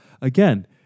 Again